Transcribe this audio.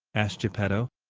asked geppetto.